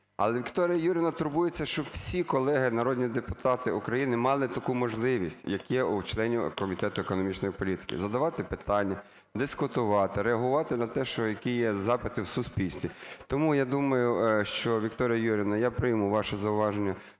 але Вікторія Юріївна турбується, щоб всі колеги народні депутати України мали таку можливість як є у членів Комітету економічної політики: задавати питання, дискутувати, реагувати на те, що, які є запити в суспільстві. Тому, я думаю, що Вікторія Юріївна, я прийму ваше зауваження